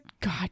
god